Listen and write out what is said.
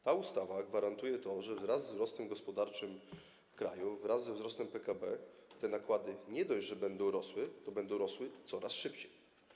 Ta ustawa gwarantuje to, że wraz ze wzrostem gospodarczym kraju, wraz ze wzrostem PKB te nakłady nie dość, że będą rosły, to będą rosły coraz szybciej.